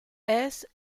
est